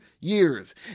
years